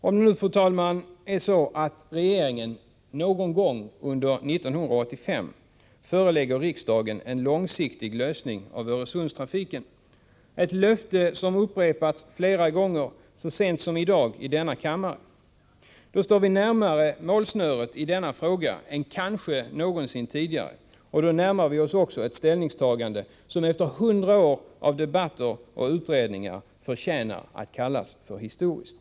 Om det blir så, fru talman, att regeringen någon gång under 1985 förelägger riksdagen ett förslag till en långsiktig lösning av Öresundstrafiken — ett löfte som upprepats flera gånger, senast i dag i denna kammare — står vi närmare målsnöret i denna fråga än kanske någonsin tidigare. Då närmar vi oss också ett ställningstagande som efter hundra år av debatter och utredningar förtjänar att kallas historiskt.